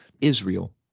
Israel